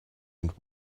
and